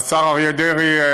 השר אריה דרעי,